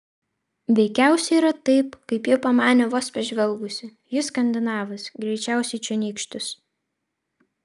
veikiausiai yra taip kaip ji pamanė vos pažvelgusi jis skandinavas greičiausiai čionykštis